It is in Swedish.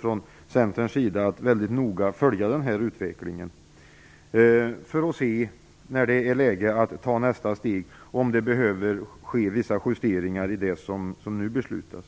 Från Centerns sida kommer vi mycket noga att följa den här utvecklingen för att se om det - när det är dags att ta nästa steg - behöver göras vissa justeringar av det som nu beslutas.